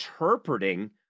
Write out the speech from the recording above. interpreting